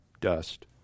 dust